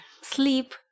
Sleep